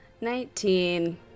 Nineteen